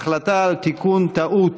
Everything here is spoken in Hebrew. החלטה על תיקון טעות